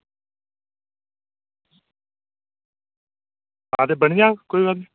हां ते बनी जाग कोई गल्ल नेई